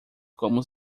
como